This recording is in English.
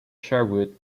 sherwood